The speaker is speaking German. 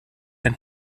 ein